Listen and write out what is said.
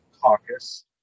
Caucus